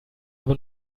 aber